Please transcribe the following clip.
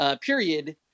period